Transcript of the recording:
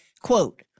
quote